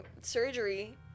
surgery